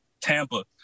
Tampa –